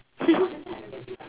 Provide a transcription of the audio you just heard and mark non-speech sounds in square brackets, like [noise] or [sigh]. [laughs]